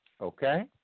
Okay